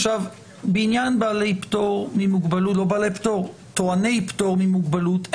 בעניין טועני פטור ממוגבלות,